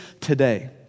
today